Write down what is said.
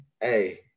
hey